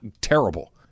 terrible